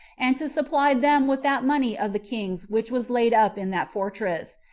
and to supply them with that money of the king's which was laid up in that fortress,